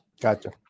Gotcha